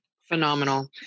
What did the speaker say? Phenomenal